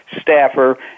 staffer